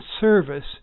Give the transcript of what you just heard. service